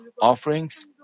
offerings